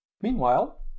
Meanwhile